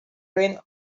ran